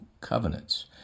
covenants